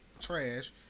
trash